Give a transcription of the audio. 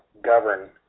govern